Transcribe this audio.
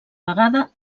vegada